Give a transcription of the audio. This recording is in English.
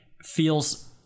feels